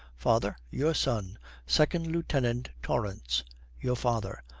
father your son second lieutenant torrance your father.